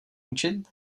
učit